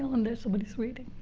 um there somebody is waiting.